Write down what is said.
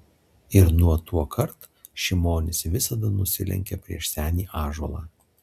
ir nuo tuokart šimonis visada nusilenkia prieš senį ąžuolą